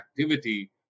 activity